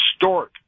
historic